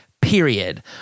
period